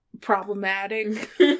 problematic